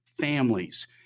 families